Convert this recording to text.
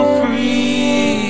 free